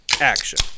action